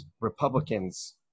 Republicans